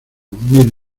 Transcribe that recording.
mil